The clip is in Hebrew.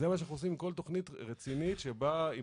זה מה שאנחנו עושים עם כל תכנית רצינית שבאה עם